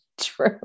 true